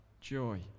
joy